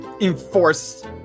enforce